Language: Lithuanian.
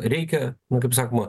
reikia kaip sakoma